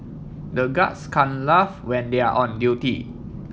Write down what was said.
the guards can't laugh when they are on duty